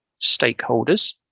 stakeholders